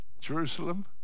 Jerusalem